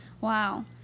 wow